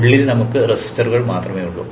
ഉള്ളിൽ നമുക്ക് റെസിസ്റ്ററുകൾ മാത്രമേയുള്ളൂ